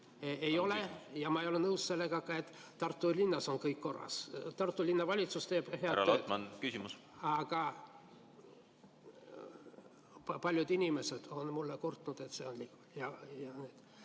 Ei ole. Ja ma ei ole nõus sellega, et Tartu linnas on kõik korras. Tartu linnavalitsus teeb ... Härra Lotman, küsimus! Aga paljud inimesed on mulle kurtnud, et see on nii.